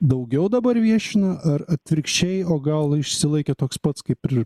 daugiau dabar viešina ar atvirkščiai o gal išsilaikė toks pats kaip ir